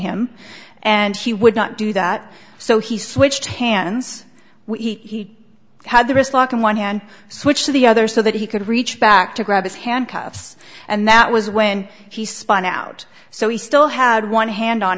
him and he would not do that so he switched hands he had the wrist lock in one hand switch to the other so that he could reach back to grab his handcuffs and that was when he spun out so he still had one hand on